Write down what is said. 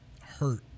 hurt